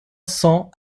cents